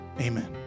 amen